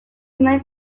naiz